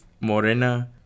Morena